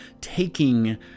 taking